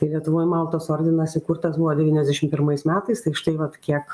tai lietuvoj maltos ordinas įkurtas buvo devyniasdešim pirmais metais tai užtai vat kiek